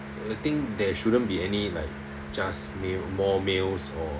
I think there shouldn't be any like just male more males or